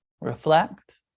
reflect